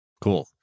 cool